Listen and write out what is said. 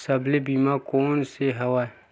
सबले बने बीमा कोन से हवय?